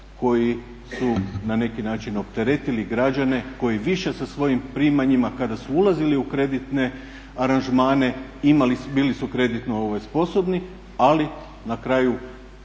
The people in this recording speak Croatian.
koji su na neki način opteretili građane koji više sa svojim primanjima kada su ulazili u kreditne aranžmane bili su kreditno sposobni. Ali na kraju